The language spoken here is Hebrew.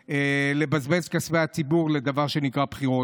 לבזבוז כספי ציבור לדבר שנקרא בחירות.